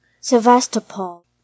Sevastopol